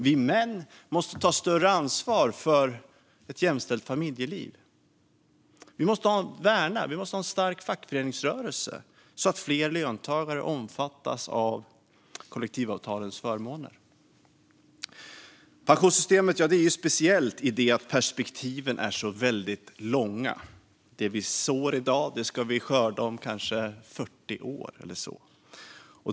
Vi män måste ta större ansvar för ett jämställt familjeliv. Vi måste värna en stark fackföreningsrörelse så att fler löntagare omfattas av kollektivavtalens förmåner. Pensionssystemet är speciellt i det att perspektiven är så långa. Det vi sår i dag ska vi skörda om kanske 40 år.